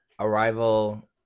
Arrival